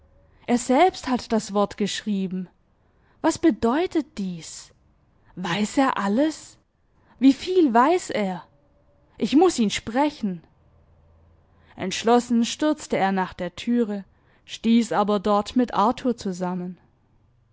er selbst hat das wort geschrieben was bedeutet dies weiß er alles wieviel weiß er ich muß ihn sprechen entschlossen stürzte er nach der türe stieß aber dort mit arthur zusammen